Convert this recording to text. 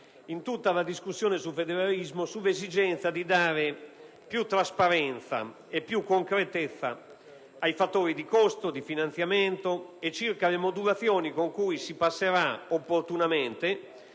in tutta la discussione sul federalismo, sull'esigenza di dare più trasparenza e più concretezza ai fattori di costo, di finanziamento e alle modulazioni con cui si passerà, opportunamente,